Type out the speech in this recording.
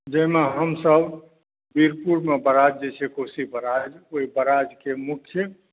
जेना हमसभ वीरपुरमे बराज जे छै कोशी बराज ओहि बराजके मुख्य